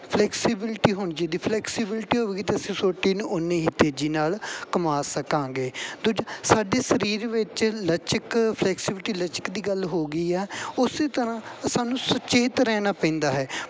flexibility ਹੋਣੀ ਚਾਹੀਦੀ flexibility ਹੋਵੇਗੀ ਤਾਂ ਅਸੀਂ ਉਸ ਸੋਟੀ ਨੂੰ ਉੰਨੀ ਹੀ ਤੇਜ਼ੀ ਨਾਲ ਘੁਮਾ ਸਕਾਂਗੇ ਦੂਜਾ ਸਾਡੇ ਸਰੀਰ ਵਿੱਚ ਲਚਕ ਫਲੈਕਸੀਬਿਲਟੀ ਲਚਕ ਦੀ ਗੱਲ ਹੋ ਗਈ ਆ ਉਸ ਤਰ੍ਹਾਂ ਸਾਨੂੰ ਸੁਚੇਤ ਰਹਿਣਾ ਪੈਂਦਾ ਹੈ